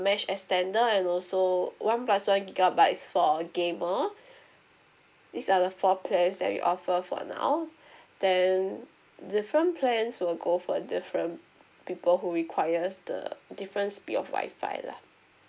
mesh extender and also one plus one gigabytes for gamer these are the four plans that we offer for now then different plans will go for different people who requires the different speed of wifi lah